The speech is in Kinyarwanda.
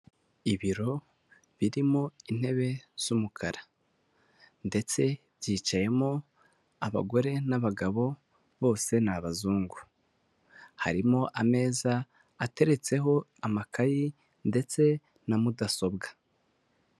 Ibiro birimo intebe z'umukara ndetse byicayemo abagore n'abagabo bose ni abazungu, harimo ameza ateretseho amakayi ndetse na mudasobwa.